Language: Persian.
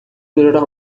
دلار